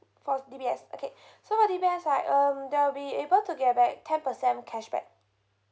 for D_B_S okay so for D_B_S right um there'll be able to get back ten percent cashback